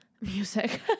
music